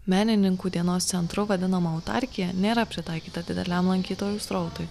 menininkų dienos centru vadinama autarkija nėra pritaikyta dideliam lankytojų srautui